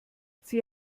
sie